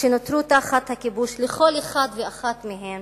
שנותרו תחת הכיבוש, ולכל אחד ואחת מהם